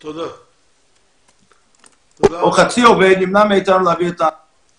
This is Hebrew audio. או חצי עובד, נמנע מאתנו להביא את ה-